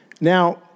Now